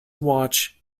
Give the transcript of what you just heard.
watch